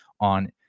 on